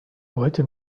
wollte